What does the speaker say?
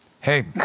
Hey